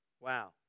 Wow